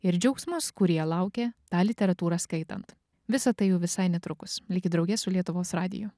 ir džiaugsmus kurie laukia tą literatūrą skaitant visa tai jau visai netrukus likit drauge su lietuvos radiju